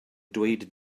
dweud